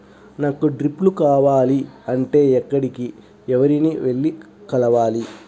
నాకు డ్రిప్లు కావాలి అంటే ఎక్కడికి, ఎవరిని వెళ్లి కలవాలి?